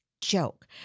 joke